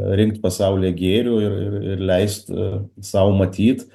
rinkt pasaulyje gėrių ir ir leist sau matyt